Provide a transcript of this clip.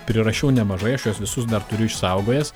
prirašiau nemažai aš juos visus dar turiu išsaugojęs